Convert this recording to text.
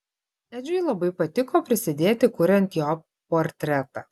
edžiui labai patiko prisidėti kuriant jo portretą